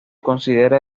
considera